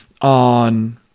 on